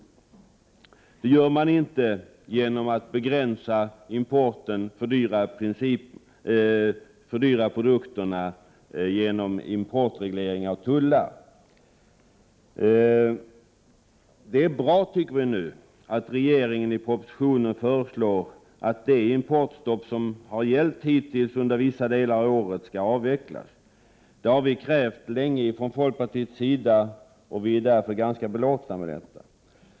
Men det gör man inte genom att begränsa importen och fördyra produkterna genom importregleringar och tullar. Vi tycker det är bra att regeringen i propositionen föreslår att det importstopp som har gällt hittills under vissa delar av året skall avvecklas. Vi har länge krävt det från folkpartiets sida, och vi är därför ganska belåtna med det förslaget.